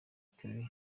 kelly